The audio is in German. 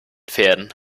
pferden